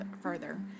further